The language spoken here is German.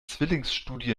zwillingsstudie